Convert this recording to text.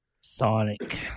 Sonic